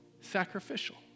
sacrificial